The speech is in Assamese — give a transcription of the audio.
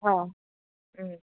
অঁ